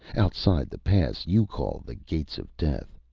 outside the pass you call the gates of death.